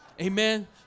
Amen